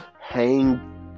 Hang